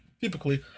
typically